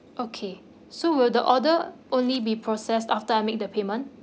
okay so will the order only be processed after I make the payment